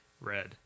red